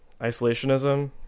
isolationism